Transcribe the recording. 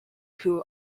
who